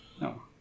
no